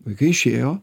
vaikai išėjo